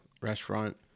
restaurant